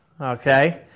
Okay